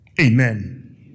Amen